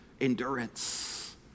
endurance